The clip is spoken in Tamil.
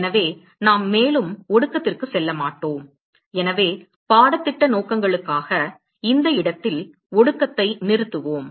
எனவே நாம் மேலும் ஒடுக்கத்திற்கு செல்ல மாட்டோம் எனவே பாடத்திட்ட நோக்கங்களுக்காக இந்த இடத்தில் ஒடுக்கத்தை நிறுத்துவோம்